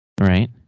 Right